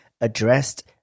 addressed